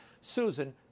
Susan